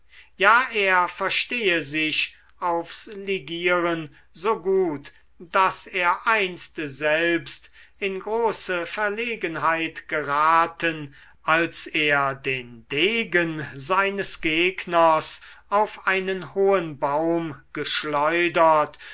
ja er verstehe sich aufs ligieren so gut daß er einst selbst in große verlegenheit geraten als er den degen seines gegners auf einen hohen baum geschleudert